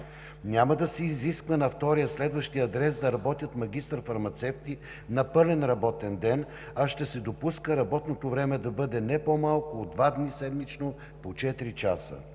Няма да се изисква на втория/следващ адрес да работят магистър фармацевти на пълен работен ден, а ще се допуска работното време да бъде не по-малко от два дни седмично по 4 чáса.